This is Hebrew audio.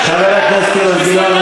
חבר הכנסת אילן גילאון,